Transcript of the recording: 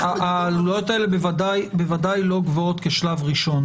הן ודאי לא גבוהות כשלב ראשון.